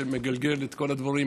שמגלגל את הדברים,